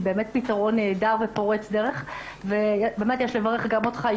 זה באמת פתרון נהדר ופורץ דרך ובאמת יש לברך גם אותך,